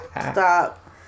stop